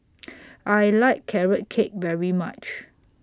I like Carrot Cake very much